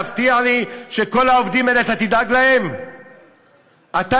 להבטיח לי שתדאג לכל העובדים האלה?